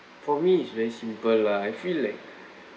for me is very simple lah I feel like